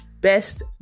best